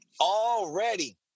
already